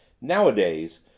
Nowadays